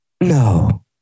no